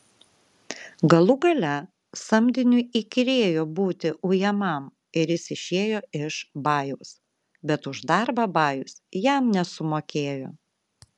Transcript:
galų gale samdiniui įkyrėjo būti ujamam ir jis išėjo iš bajaus bet už darbą bajus jam nesumokėjo